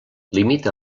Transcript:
limita